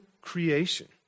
creation